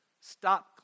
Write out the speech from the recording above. stop